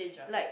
like